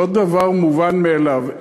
לא דבר מובן מאליו.